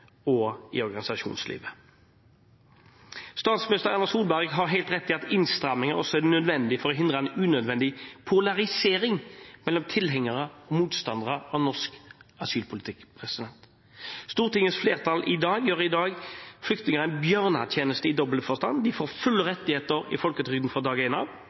og i organisasjonslivet. Statsminister Erna Solberg har helt rett i at innstramming også er nødvendig for å hindre en unødvendig polarisering mellom tilhengere og motstandere av norsk asylpolitikk. Stortingets flertall gjør i dag flyktningene en bjørnetjeneste i dobbel forstand. De får fulle rettigheter i folketrygden fra dag